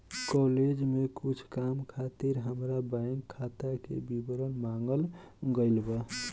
college में कुछ काम खातिर हामार बैंक खाता के विवरण मांगल गइल बा